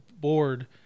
board